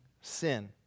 sin